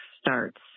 starts